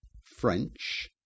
French